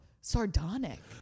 sardonic